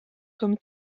comme